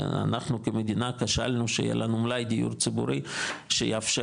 אנחנו כמדינה חשבנו שיהיה לנו אולי דיור ציבורי שיאפשר,